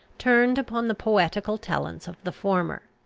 turned upon the poetical talents of the former.